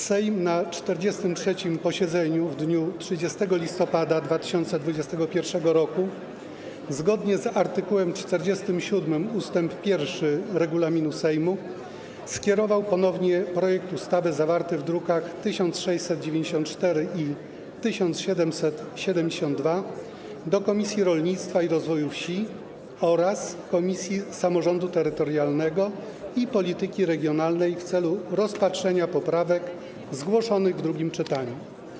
Sejm na 43. posiedzeniu w dniu 30 listopada 2021 r., zgodnie z art. 47 ust. 1 regulaminu Sejmu, skierował ponownie projekt ustawy zawarty w drukach nr 1694 i 1772 do Komisji Rolnictwa i Rozwoju Wsi oraz Komisji Samorządu Terytorialnego i Polityki Regionalnej w celu rozpatrzenia poprawek zgłoszonych w drugim czytaniu.